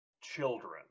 children